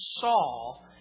Saul